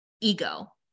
ego